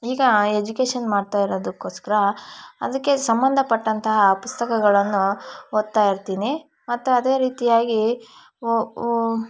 ಈಗ ಆ ಎಜ್ಯುಕೇಷನ್ ಮಾಡ್ತಾಯಿರೋದಕ್ಕೋಸ್ಕರ ಅದಕ್ಕೆ ಸಂಬಂಧಪಟ್ಟಂತಹ ಪುಸ್ತಕಗಳನ್ನು ಓದ್ತಾಯಿರ್ತೀನಿ ಮತ್ತೆ ಅದೇ ರೀತಿಯಾಗಿ ಓ ಓ